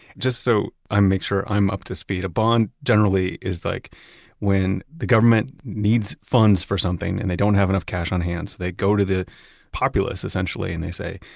just so i make sure i'm up to speed. a bond generally is like when the government needs funds for something and they don't have enough cash on hand. they'd go to the populace essentially and they say,